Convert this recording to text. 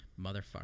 Motherfucker